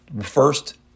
First